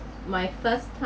my first time